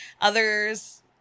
Others